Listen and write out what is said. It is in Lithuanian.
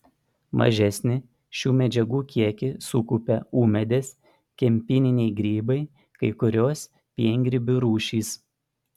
mažesnį šių medžiagų kiekį sukaupia ūmėdės kempininiai grybai kai kurios piengrybių rūšys